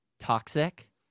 toxic